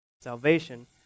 Salvation